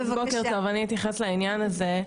אני אתייחס לעניין הזה.